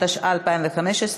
התשע"ה 2015,